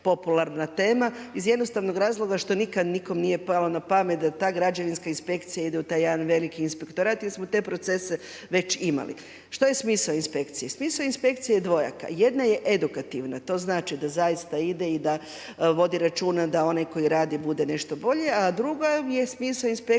tema iz razloga što nikada nikome nije palo na pamet da ta građevinska inspekcija ide u taj jedan veliki inspektorat jer smo te procese već imali. Što je smisao inspekcije? Smisao inspekcije je dvojaka, jedna je edukativna. To znači da zaista ide i da vodi računa da onaj tko radi bude nešto bolje, a drugo je smisao inspekcije